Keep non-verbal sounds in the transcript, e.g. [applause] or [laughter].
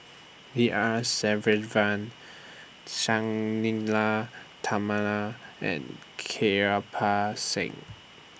B R [unintelligible] Sang Nila [unintelligible] and Kirpal Singh